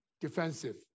defensive